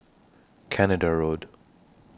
Canada Road